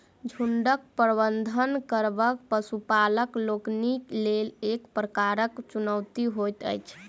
झुंडक प्रबंधन करब पशुपालक लोकनिक लेल एक प्रकारक चुनौती होइत अछि